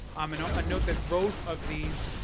um and i'll note that both of these